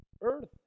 earth